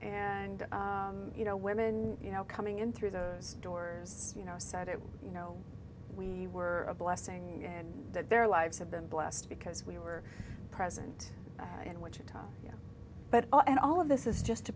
and you know women you know coming in through those doors you know side of you know we were a blessing and that their lives have been blessed because we were present in wichita you know but and all of this is just to